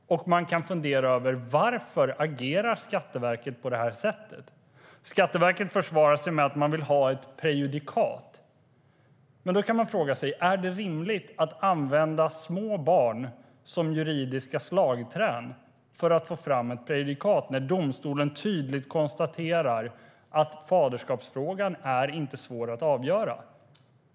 Vi kan fundera över varför Skatteverket agerar på detta sätt. Skatteverket försvarar sig med att man vill ha ett prejudikat. Då kan man fråga sig: Är det rimligt att använda små barn som juridiska slagträn för att få fram ett prejudikat när domstolen tydligt konstaterar att faderskapsfrågan inte är svår att avgöra.